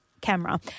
camera